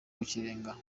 w’ikirenga